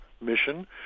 mission